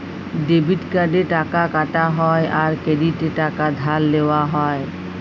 debit কার্ডে টাকা কাটা হ্যয় আর ক্রেডিটে টাকা ধার লেওয়া হ্য়য়